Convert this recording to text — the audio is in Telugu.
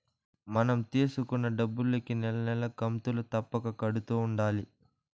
మనం తీసుకున్న డబ్బులుకి నెల నెలా కంతులు తప్పక కడుతూ ఉండాలి